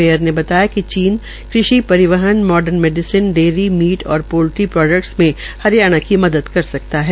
mayor ने बताया कि चीन कषि परिवहन माडरन मेडीसन डेयरी मीटर और पोल्ट्री प्रोडक्टस में हरियाणा की मदद सकता है